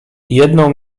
jedną